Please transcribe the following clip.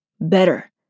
Better